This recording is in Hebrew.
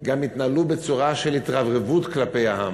גם התנהלו בצורה של התרברבות כלפי העם.